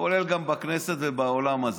כולל גם בכנסת ובעולם הזה.